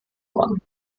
worden